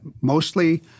mostly